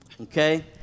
okay